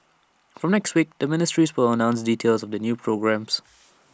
from next week the ministries will announce details of the new programmes